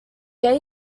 gate